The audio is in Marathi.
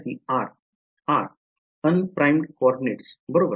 r un primed समन्वय बरोबर